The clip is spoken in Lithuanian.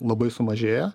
labai sumažėję